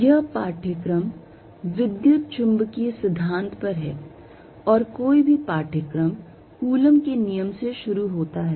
यह पाठ्यक्रम विद्युत चुंबकीय सिद्धांत पर है और कोई भी पाठ्यक्रम कूलॉम के नियम से शुरू होता है